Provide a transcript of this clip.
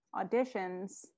auditions